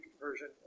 version